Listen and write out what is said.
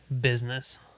business